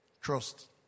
Trust